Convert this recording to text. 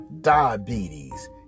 diabetes